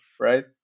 right